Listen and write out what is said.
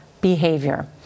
behavior